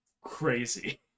crazy